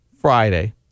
Friday